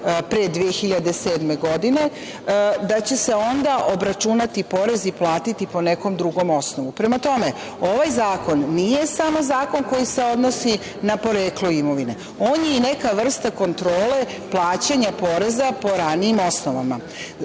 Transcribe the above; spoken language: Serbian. pre 2007. godine, da će se onda obračunati porez i platiti po nekom drugom osnovu. Prema tome, ovaj zakon nije samo zakon koji se odnosi na poreklo imovine, on je i neka vrsta kontrole plaćanja poreza po ranijim osnovama. Kada